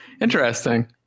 Interesting